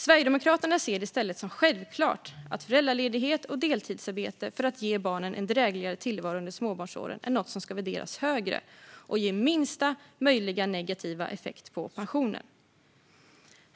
Sverigedemokraterna ser det i stället som självklart att föräldraledighet och deltidsarbete för att ge barnen en drägligare tillvaro under småbarnsåren är något som ska värderas högre och ge minsta möjliga negativa effekt på pensionen.